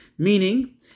Meaning